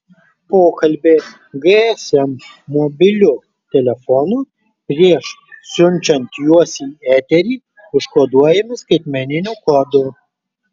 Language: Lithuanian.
pokalbiai gsm mobiliu telefonu prieš siunčiant juos į eterį užkoduojami skaitmeniniu kodu